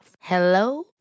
Hello